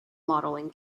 modeling